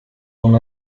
non